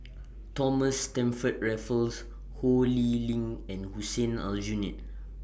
Thomas Stamford Raffles Ho Lee Ling and Hussein Aljunied